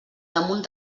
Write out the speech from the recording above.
damunt